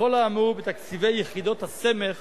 בכל האמור בתקציבי יחידות הסמך